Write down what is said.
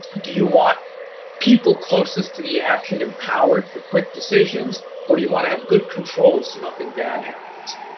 do you want people closest to the action empowered for quick decisions or do you want to have good control so nothing bad happens?